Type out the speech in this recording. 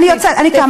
אני יוצאת, אני קמה.